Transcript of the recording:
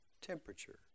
temperature